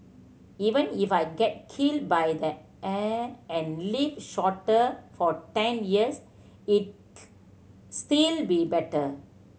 even if I get killed by the air and live shorter for ten years it still be better